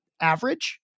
Average